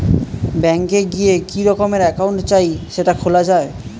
bank এ গিয়ে কি রকমের একাউন্ট চাই সেটা খোলা যায়